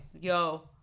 Yo